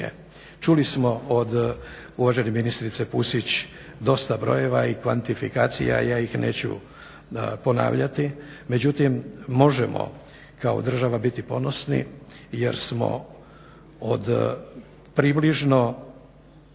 Čuli smo od uvažene ministrice Pusić dosta brojeva i kvantifikacija i ja ih neću ponavljati međutim možemo kao država biti ponosni jer smo od približno